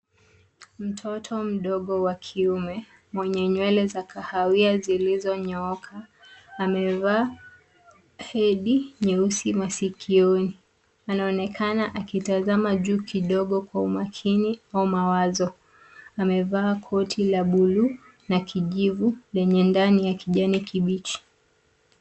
Mtoto mdogo wa kiume mwenye nywele za kahawia zilizonyooka amevaa hedi nyeusi masikioni. Anaonekana akitazama juu kidogo kwa umakini au mawazo. Amevaa koti la buluu na kijivu lenye ndani ya kijani kibichi.